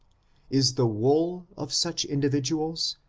is the wool of such individuals,